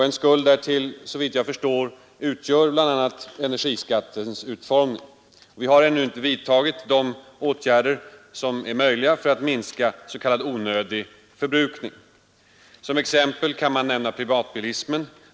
En orsak härtill utgör, såvitt jag förstår, bl.a. energiskattens utformning. Vi har ännu inte vidtagit de åtgärder som är möjliga för att minska s.k. onödig förbrukning. Som exempel kan nämnas privatbilismen.